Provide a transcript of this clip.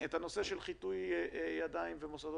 את הנושא של חיטוי ידיים ידענו.